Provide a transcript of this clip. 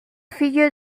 fille